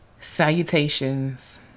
salutations